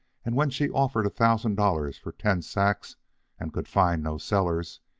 and when she offered a thousand dollars for ten sacks and could find no sellers,